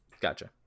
gotcha